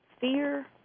fear